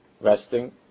resting